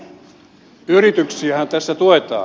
yrityksiähän tässä tuetaan